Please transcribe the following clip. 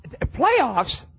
Playoffs